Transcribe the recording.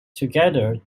together